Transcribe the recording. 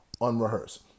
Unrehearsed